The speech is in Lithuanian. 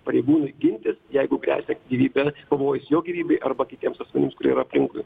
pareigūnui gintis jeigu gresia gyvybe pavojus jo gyvybei arba kitiems asmenims kurie yra aplinkui